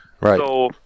right